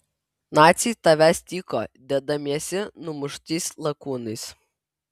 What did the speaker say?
naciai tavęs tyko dėdamiesi numuštais lakūnais